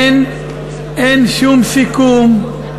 אין שום סיכום,